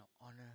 honor